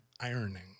ironing